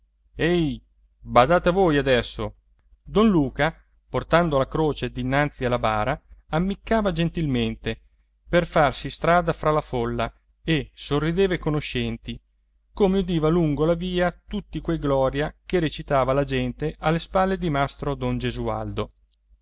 ehi badate a voi adesso don luca portando la croce dinanzi alla bara ammiccava gentilmente per farsi strada fra la folla e sorrideva ai conoscenti come udiva lungo la via tutti quei gloria che recitava la gente alle spalle di mastro don gesualdo